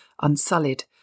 unsullied